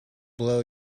blow